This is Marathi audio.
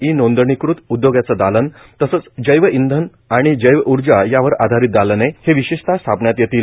ई नोंदणीकृत उद्योगांचे दालन तसेच जैवइंधन आणि जैवउर्जा यावर आधारित दालने हे विशेषत स्थापण्यात येतील